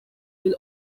will